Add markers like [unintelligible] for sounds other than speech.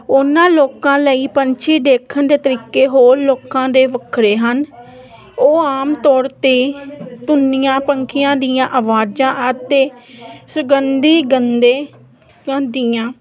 ਉਹਨਾਂ ਲੋਕਾਂ ਲਈ ਪੰਛੀ ਦੇਖਣ ਦੇ ਤਰੀਕੇ ਹੋਰ ਲੋਕਾਂ ਦੇ ਵੱਖਰੇ ਹਨ ਉਹ ਆਮ ਤੌਰ 'ਤੇ ਧੁਨੀਆਂ ਪੰਛੀਆਂ ਦੀਆਂ ਆਵਾਜ਼ਾਂ ਅਤੇ ਸੁਗੰਧੀ ਗੰਦੇ [unintelligible] ਦੀਆਂ